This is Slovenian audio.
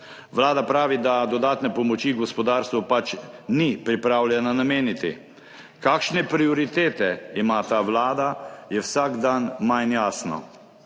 Vlada pravi, da dodatne pomoči gospodarstvu pač ni pripravljena nameniti. Kakšne prioritete ima ta vlada, je vsak dan manj jasno.